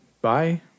Bye